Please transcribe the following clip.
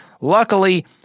Luckily